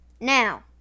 now